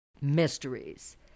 mysteries